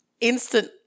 instant